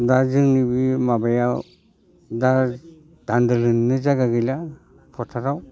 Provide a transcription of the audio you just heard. दा जोंनि बे माबायाव दा धानदा लुनो जायगा गैला फोथाराव